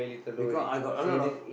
because I got a lot of